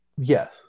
Yes